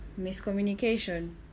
miscommunication